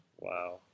Wow